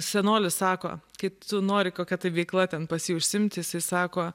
senolis sako kai tu nori kokia tai veikla ten pas jį užsiimti jisai sako